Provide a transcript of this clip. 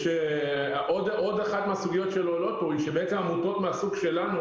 עוד אחת מהסוגיות שלא עולות פה היא שעמותות מהסוג שלנו